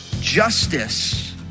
Justice